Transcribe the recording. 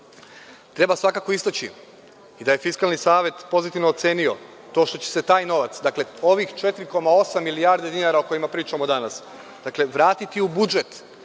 svakako istaći i da je Fiskalni savet pozitivno ocenio to što će se taj novac, dakle, ovih 4,8 milijardi dinara o kojima pričamo danas, dakle, vratiti u budžet